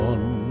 One